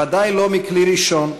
בוודאי לא מכלי ראשון,